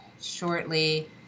shortly